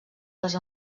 les